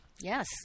Yes